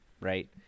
right